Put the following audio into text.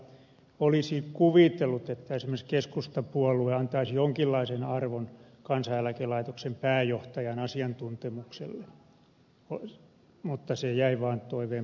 olisi kuvitellut että esimerkiksi keskustapuolue antaisi jonkinlaisen arvon kansaneläkelaitoksen pääjohtajan asiantuntemukselle mutta se jäi vain toiveen poikaseksi